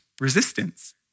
resistance